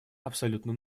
абсолютно